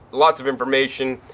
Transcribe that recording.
lots of information.